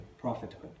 prophethood